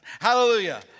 Hallelujah